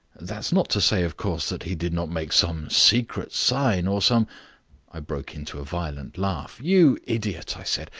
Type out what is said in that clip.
that is not to say, of course, that he did not make some secret sign or some i broke into a violent laugh. you idiot, i said,